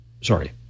Sorry